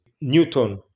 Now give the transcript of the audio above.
Newton